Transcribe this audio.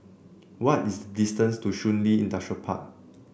what is the distance to Shun Li Industrial Park